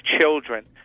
children